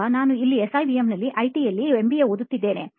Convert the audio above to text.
ಈಗ ನಾನು ಇಲ್ಲಿ SIBMನಲ್ಲಿ ITಯಲ್ಲಿ MBA ಓದುತ್ತಿದ್ದೇನೆ